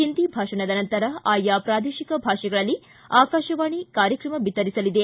ಹಿಂದಿ ಭಾಷಣದ ನಂತರ ಆಯಾ ಪ್ರಾದೇಶಿಕ ಭಾಷೆಗಳಲ್ಲಿ ಆಕಾಶವಾಣಿ ಕಾರ್ಯಕ್ರಮವನ್ನು ಬಿತ್ತರಿಸಲಿದೆ